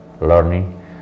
learning